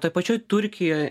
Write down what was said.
toj pačioj turkijoj